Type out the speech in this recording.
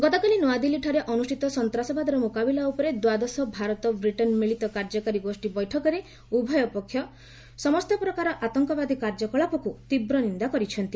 ଗତକାଲି ନୂଆଦିଲ୍ଲୀଠାରେ ଅନୁଷ୍ଠିତ ସନ୍ତାସବାଦର ମୁକାବିଲା ଉପରେ ଦ୍ୱାଦଶ ଭାରତ ବ୍ରିଟେନ୍ ମିଳିତ କାର୍ଯ୍ୟକାରୀ ଗୋଷ୍ଠୀ ବୈଠକରେ ଉଭୟ ପକ୍ଷ ସମସ୍ତ ପ୍ରକାର ଆତଙ୍କବାଦୀ କାର୍ଯ୍ୟକଳାପକୁ ତୀବ୍ର ନିନ୍ଦା କରିଛନ୍ତି